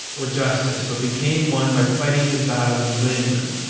or justice, but became one by fighting his battles and winning them,